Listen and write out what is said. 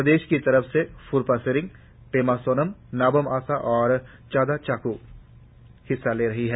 प्रदेश की तरफ से फ्रपा सेरिंग पेम सोनम नाबम आशा और चादा चाक् हिस्सा ले रहे है